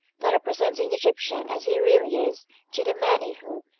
that of presenting the egyptian as he really is to the many who,